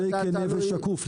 אני רוצה להיות כנה ושקוף.